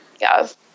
Yes